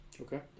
Okay